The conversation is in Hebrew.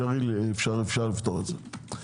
אפשר לפתור את זה.